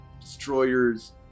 destroyers